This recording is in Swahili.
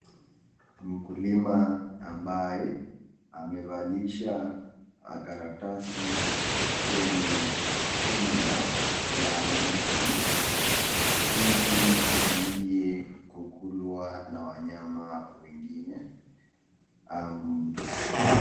Mkulima ambaye, amevalisha makaratasi kwenye tunda la ndizi ili izuie kukulwa na wanyama wengine .